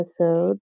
episode